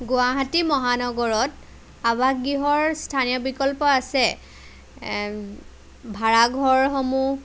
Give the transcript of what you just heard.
গুৱাহাটী মহানগৰত আৱাস গৃহৰ স্থানীয় বিকল্প আছে ভাড়াঘৰসমূহ